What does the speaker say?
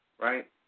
right